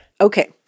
Okay